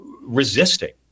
resisting